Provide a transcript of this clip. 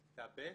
בכיתה ב'